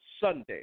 Sunday